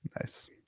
Nice